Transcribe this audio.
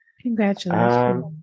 Congratulations